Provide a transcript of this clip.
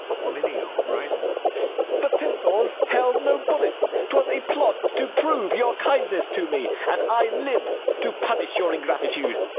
flamineo riseth. the pistols held no bullets twas a plot to prove your kindness to me and i live to punish your ingratitude.